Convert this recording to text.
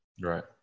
Right